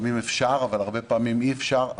לפעמים אפשר אבל הרבה פעמים אי אפשר,